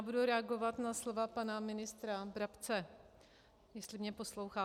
Budu reagovat na slova pana ministra Brabce, jestli mě tedy poslouchá.